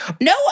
No